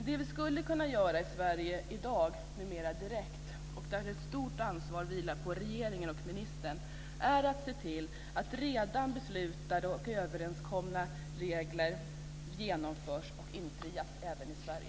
Det vi skulle kunna göra i Sverige direkt i dag, och här vilar ett stort ansvar på ministern och regeringen, är att se till att redan beslutade och överenskomna regler genomförs och infrias även i Sverige.